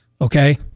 Okay